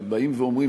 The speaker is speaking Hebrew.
ובאים ואומרים,